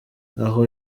aho